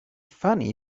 funny